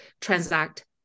Transact